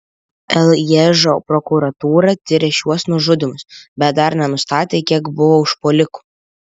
lježo prokuratūra tiria šiuos nužudymus bet dar nenustatė kiek buvo užpuolikų